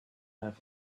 have